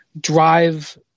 drive